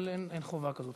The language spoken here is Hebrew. אבל אין חובה כזו.